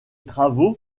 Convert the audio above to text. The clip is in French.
travaux